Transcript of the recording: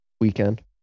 Weekend